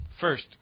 first